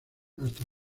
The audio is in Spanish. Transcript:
hasta